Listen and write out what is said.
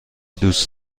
دوست